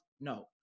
no